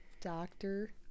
Doctor